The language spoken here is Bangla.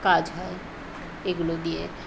কাজ হয় এগুলো দিয়ে